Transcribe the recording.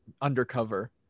undercover